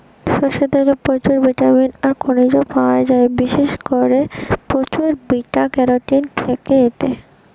সরষের তেলে প্রচুর ভিটামিন আর খনিজ পায়া যায়, বিশেষ কোরে প্রচুর বিটা ক্যারোটিন থাকে এতে